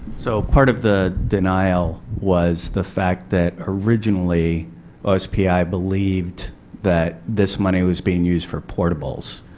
so part of the denial was the fact that originally os pi believed that this money was being used for portables,